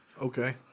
Okay